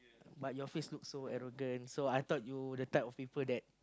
but your face look so arrogant so I thought you the type of people that